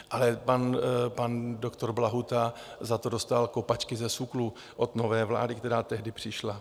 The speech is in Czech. Ale pan doktor Blahuta za to dostal kopačky ze SÚKLu od nové vlády, která tehdy přišla.